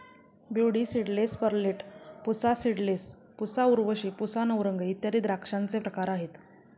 beauty seedless, Perlette, Pusa seedless, Pusa Urvashi, Pusa Navrang इत्यादी द्राक्षांचे प्रकार आहेत